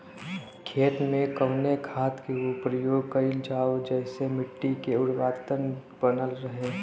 खेत में कवने खाद्य के प्रयोग कइल जाव जेसे मिट्टी के उर्वरता बनल रहे?